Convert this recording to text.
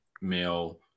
male